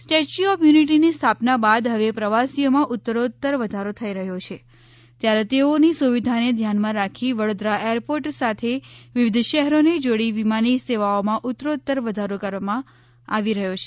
statue of યુનિટીની સ્થાપના બાદ હવે પ્રવાસીઓમા ઉત્તરોત્તર વધારો થઇ રહ્યો છે ત્યારે તેઓની સુવિધાને ધ્યાનમાં રાખી વડોદરા એરપોર્ટ સાથે વિવિધ શહેરો ને જોડી વિમાની સેવાઓમાં ઉત્તરોત્તરવધારો કરવામાં આવી રહ્યો છે